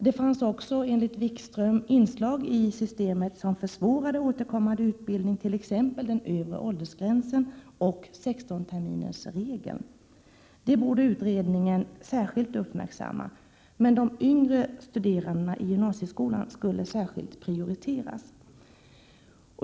Det fanns också, enligt Jan-Erik Wikström, inslag i systemet som försvårade återkommande utbildning, t.ex. den övre åldersgränsen och 16-terminersregeln. Det borde utredningen särskilt uppmärksamma. Men de yngre studerande i gymnasieskolan skulle särskilt prioriteras.